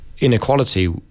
inequality